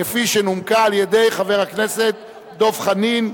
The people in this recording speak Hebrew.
כפי שנומקה על-ידי חבר הכנסת דב חנין.